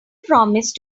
promised